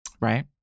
Right